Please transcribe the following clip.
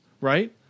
right